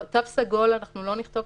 תו סגול אנחנו לא נכתוב,